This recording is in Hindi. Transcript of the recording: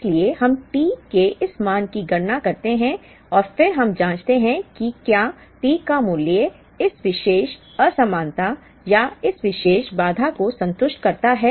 इसलिए हम T के इस मान की गणना करते हैं और फिर हम जांचते हैं कि क्या T का मूल्य इस विशेष असमानता या इस विशेष बाधा को संतुष्ट करता है